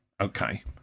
okay